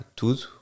tudo